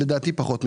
לדעתי פחות משנה.